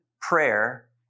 prayer